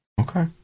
okay